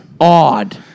odd